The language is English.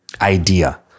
idea